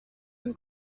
une